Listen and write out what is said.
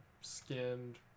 skinned